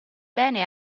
bene